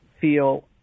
feel